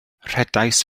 rhedais